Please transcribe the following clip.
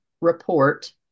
Report